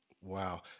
Wow